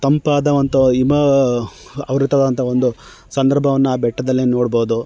ತಂಪಾದಂತಹ ಹಿಮ ಆವೃತವಾದಂಥ ಒಂದು ಸಂದರ್ಭವನ್ನ ಬೆಟ್ಟದಲ್ಲಿ ನೋಡ್ಬೋದು